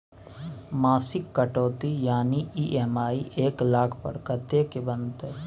मासिक कटौती यानी ई.एम.आई एक लाख पर कत्ते के बनते?